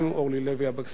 אורלי לוי אבקסיס,